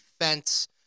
fence